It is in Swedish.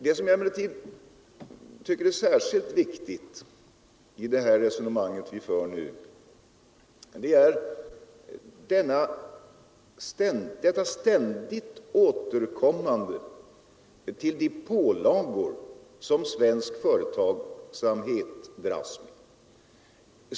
Det som jag emellertid tycker är särskilt viktigt i det resonemang vi nu för är det ständiga återkommandet till de pålagor som svensk företagsamhet har att dras med.